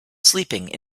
sleeping